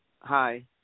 Hi